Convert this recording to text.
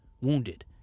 wounded